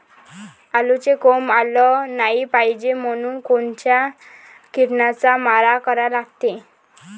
आलूले कोंब आलं नाई पायजे म्हनून कोनच्या किरनाचा मारा करा लागते?